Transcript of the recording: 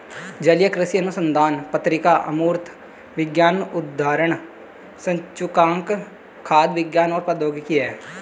जलीय कृषि अनुसंधान पत्रिका अमूर्त विज्ञान उद्धरण सूचकांक खाद्य विज्ञान और प्रौद्योगिकी है